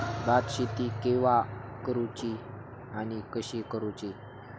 भात शेती केवा करूची आणि कशी करुची?